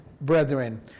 brethren